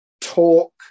talk